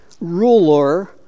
ruler